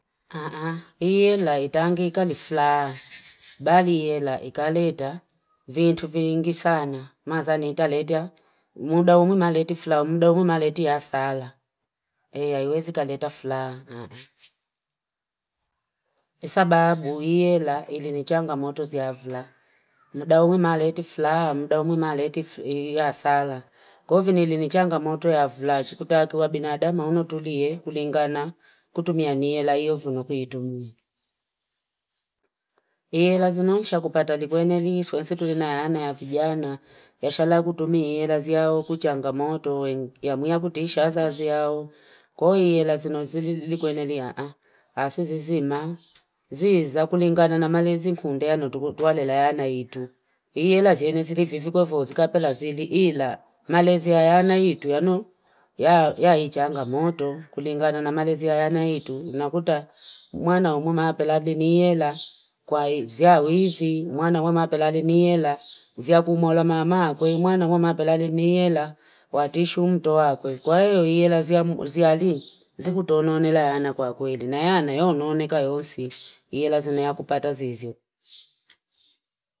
Haa haa, hii yela itangi ikali flaa. Bali yela ikaleta vintu vingi sana. Mazani italetia muda umi maleti flaa, muda umi maleti yasala. aywezi kaleta flaa, haa haa. Kwa sababu hii yela ilinijanga motos ya flaa. Muda umi maleti flaa, muda umi maleti yasala. Kufini ilinijanga moto ya flaa, chikutakua binadama unotulie, kulingana kutumia ni yela, iyo vungu kuitumia. Hii yela zinoucha kupata dikwenye ni isuwezi kulinayana ya pijana. Yashala kutumia hii yela ziao kuchanga moto, yamuia kutisha zao ziao. Koi hii yela zinoucha zilikwenye ni asisi zima. Zizakulingana na malezi kundeano tuwalela yana itu. Hii yela zinoucha zinifikofo, zikapela zidi ila. Malezi yana itu yano, ya itianga moto. Kulingana na malezi yana itu, nakuta Umuana umuma pelali ni yela. Kwa zia wifi, umuana umuma pelali ni yela. Zia kumula mama kwe, umuana umuma pelali ni yela. Watishu mtoha kwe. Kwa hiyo hii yela zia li, zikutoononela yana kwa kweli. Na yana yononeka yosi, hii yela zina kupata zizio.